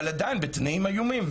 אבל עדיין - בתנאים איומים.